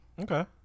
Okay